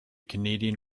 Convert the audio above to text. canadian